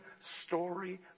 story